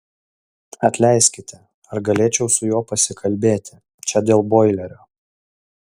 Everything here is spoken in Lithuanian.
atleiskite ar galėčiau su juo pasikalbėti čia dėl boilerio